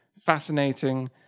fascinating